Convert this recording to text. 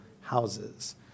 houses